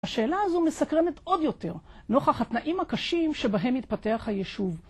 השאלה הזו מסקרנת עוד יותר, נוכח התנאים הקשים שבהם התפתח הישוב.